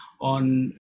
on